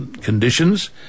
conditions